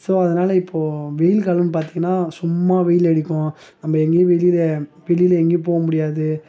so அதனால இப்போது வெயில் காலம்னு பார்த்தீங்கன்னா சும்மா வெயிலடிக்கும் நம்ம எங்கேயும் வெளியில் வெளியில் எங்கேயும் போக முடியாது